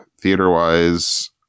Theater-wise